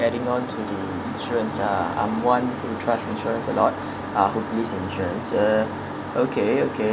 adding on to insurance ah I'm one who trust insurance a lot ah who believes in insurance uh okay okay